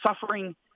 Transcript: suffering